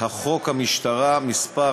החוק המשטרה (מס'